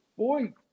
Boy